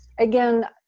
Again